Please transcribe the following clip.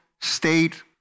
state